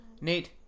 Nate